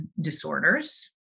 disorders